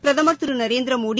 பிரதமர் திரு நரேந்திரமோடி